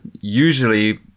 usually